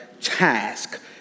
task